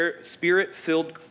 spirit-filled